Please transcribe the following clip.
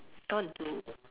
I want to do